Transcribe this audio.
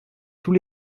tous